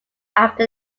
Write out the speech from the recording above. after